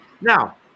Now